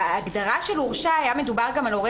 בהגדרה של הורשע היה מדובר גם על הורה